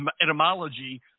etymology